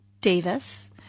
Davis